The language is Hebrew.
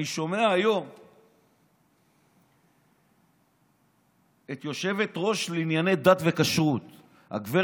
אני שומע היום את היושבת-ראש לענייני דת וכשרות הגב'